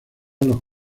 los